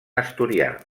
asturià